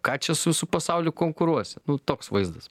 ką čia su su pasauliu konkuruosi toks vaizdas